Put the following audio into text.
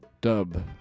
Dub